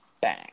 bang